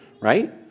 right